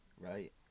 right